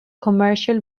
commercial